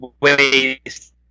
ways